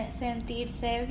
sentirse